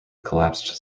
collapsed